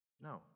No